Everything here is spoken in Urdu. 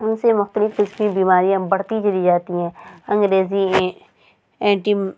ان سے مختلف قسم کی بیماریاں بڑھتی چلی جاتی ہیں انگریزی اینٹی